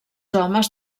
homes